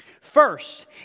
First